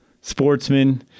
sportsmen